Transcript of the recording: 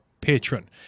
patron